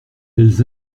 elles